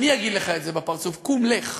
אני אגיד לך את זה בפרצוף: קום, לך.